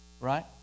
Right